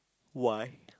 why